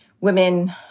women